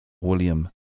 William